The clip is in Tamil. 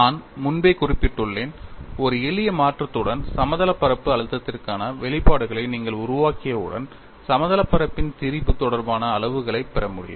நான் முன்பே குறிப்பிட்டுள்ளேன் ஒரு எளிய மாற்றத்துடன் சமதளப் பரப்பு அழுத்தத்திற்கான வெளிப்பாடுகளை நீங்கள் உருவாக்கியவுடன் சமதளப் பரப்பின் திரிபு தொடர்பான அளவுகளைப் பெற முடியும்